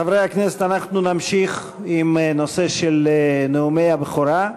חברי הכנסת, אנחנו נמשיך בנאומי הבכורה.